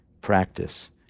practice